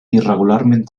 irregularment